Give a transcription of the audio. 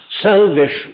salvation